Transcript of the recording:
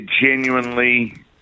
genuinely